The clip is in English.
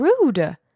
rude